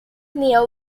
near